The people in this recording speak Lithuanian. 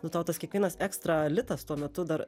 nu tau tas kiekvienas ekstra litas tuo metu dar